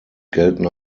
gelten